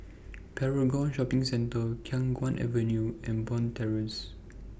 Paragon Shopping Centre Khiang Guan Avenue and Bond Terrace